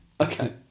Okay